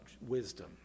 wisdom